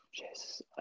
Yes